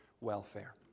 welfare